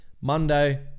monday